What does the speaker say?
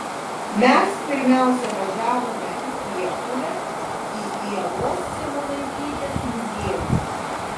mes pirmiausia važiavome į priekulę į ievos simonaitytės muziejų